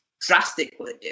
drastically